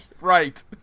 Right